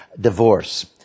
divorce